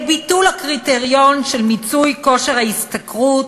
ביטול הקריטריון של מיצוי כושר ההשתכרות